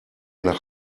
nach